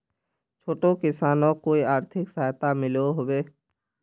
छोटो किसानोक कोई आर्थिक सहायता मिलोहो होबे?